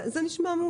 זה נשמע מספיק מאוזן.